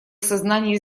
сознании